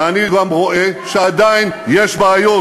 ואני גם רואה שעדיין יש בעיות,